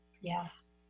Yes